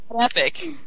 epic